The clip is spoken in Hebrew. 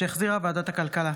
שהחזירה ועדת הכלכלה.